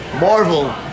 Marvel